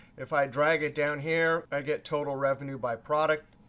if i drag it down here, i get total revenue by product.